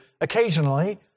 occasionally